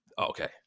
okay